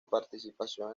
participación